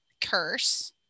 curse